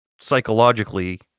psychologically